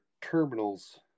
terminals